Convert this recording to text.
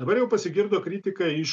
dabar jau pasigirdo kritika iš